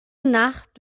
nacht